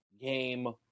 game